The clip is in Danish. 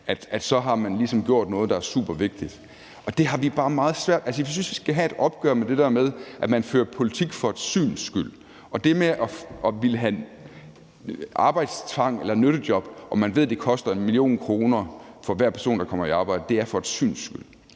så har man ligesom gjort noget, der er supervigtigt. Altså, det har vi det bare svært med. Vi synes, at vi skal have et opgør med det der med, at man fører politik for et syns skyld. Og det med at ville have arbejdstvang eller nyttejob, som man ved koster 1 mio. kr. for hver person, der kommer i arbejde, er for et syns skyld.